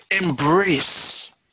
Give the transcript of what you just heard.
embrace